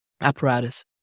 apparatus